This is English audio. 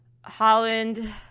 Holland